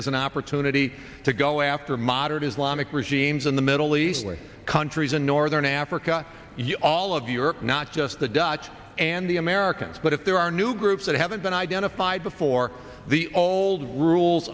as an opportunity to go after moderate islamic regimes in the middle east where countries in northern africa you all of europe not just the dutch and the americans but if there are new groups that haven't been identified before the old rules